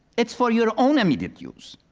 it's for your own immediate use.